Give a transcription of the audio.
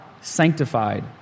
sanctified